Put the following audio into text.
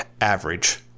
average